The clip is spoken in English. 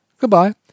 Goodbye